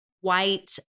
white